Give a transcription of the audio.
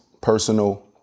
personal